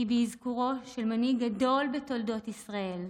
היא באזכורו של מנהיג גדול בתולדות ישראל: